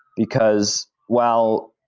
because well,